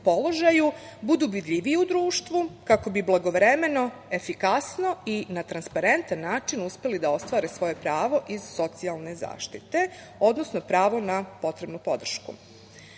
budu vidljiviji u društvu kako bi blagovremeno, efikasno i na transparentan način uspeli da ostvare svoje pravo iz socijalne zaštite, odnosno pravo na potrebnu